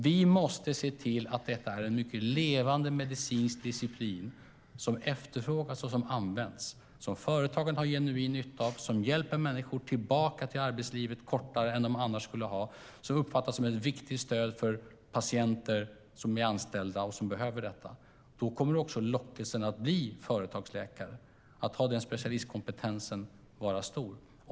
Vi måste se till att det är en levande medicinsk disciplin som efterfrågas och används, som företagen har genuin nytta av, som hjälper människor tillbaka till arbetslivet snabbare än annars och som uppfattas som ett viktigt stöd för patienter som är anställda och som behöver detta. Då kommer också lockelsen att bli företagsläkare och ha den specialistkompetensen vara stor.